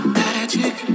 magic